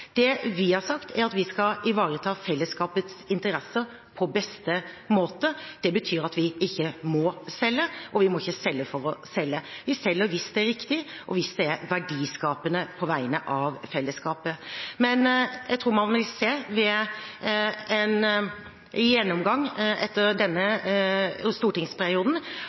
det ikke. Det vi har sagt, er at vi skal ivareta fellesskapets interesser på beste måte. Det betyr at vi ikke må selge, og vi må ikke selge for å selge. Vi selger hvis det er riktig og hvis det er verdiskapende på vegne av fellesskapet. Men jeg tror man vil se ved en gjennomgang etter denne stortingsperioden